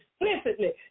explicitly